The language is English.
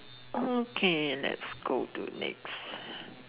okay let's go to next